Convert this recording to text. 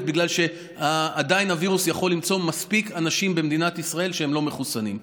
בגלל שעדיין הווירוס יכול למצוא מספיק אנשים במדינת ישראל שלא מחוסנים.